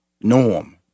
norm